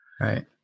Right